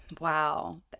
Wow